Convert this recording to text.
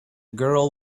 girl